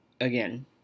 again